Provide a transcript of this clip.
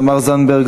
תמר זנדברג,